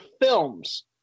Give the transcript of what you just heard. films